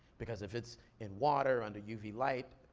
because if it's in water under uv light,